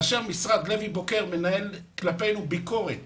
כאשר משרד לוי-בוקר מנהל כלפינו ביקורת